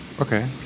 Okay